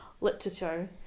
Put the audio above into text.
literature